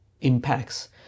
impacts